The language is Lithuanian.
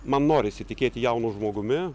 man norisi tikėti jaunu žmogumi